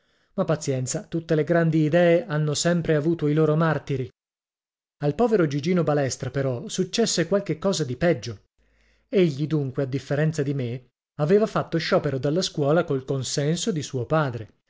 ma pazienza tutte le grandi idee hanno sempre avuto i loro martiri al povero gigino balestra però successo qualche cosa di peggio egli dunque a differenza di me aveva fatto sciopero dalla scuola col consenso di suo padre